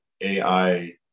AI